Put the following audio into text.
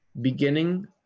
beginning